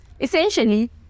Essentially